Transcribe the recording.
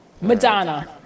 Madonna